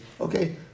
Okay